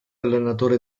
allenatore